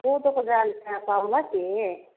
कोदोको जाँड त्यहाँ पाउँला के